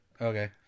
Okay